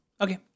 Okay